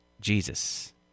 jesus